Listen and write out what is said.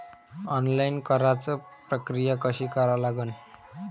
Online कराच प्रक्रिया कशी करा लागन?